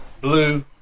blue